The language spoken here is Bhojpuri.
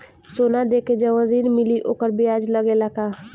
सोना देके जवन ऋण मिली वोकर ब्याज लगेला का?